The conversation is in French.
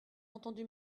entendu